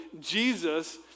Jesus